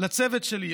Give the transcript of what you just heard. לצוות שלי,